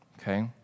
okay